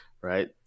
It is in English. right